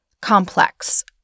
complex